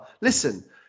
listen